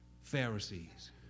Pharisees